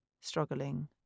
struggling